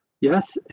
Yes